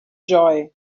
joy